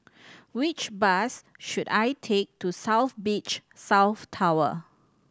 which bus should I take to South Beach South Tower